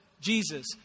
Jesus